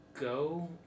go